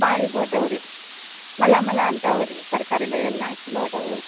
ಬಾಳಿಗೆ ಹೋದವ್ರೀ ಮಲಮಲ ಅಂತಾವ್ರೀ ತರಕಾರಿಗಳೆಲ್ಲ ಚಲೋ ಅದಾವೆ